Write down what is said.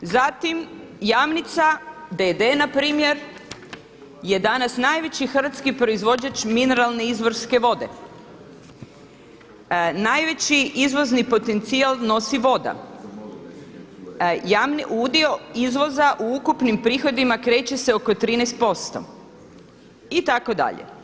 Zatim Jamica d.d. npr. je danas najveći hrvatski proizvođač mineralne izvorske vode, najveći izvozni potencijal nosi voda, udio izvoza u ukupnim prihodima kreće se oko 13% itd.